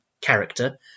character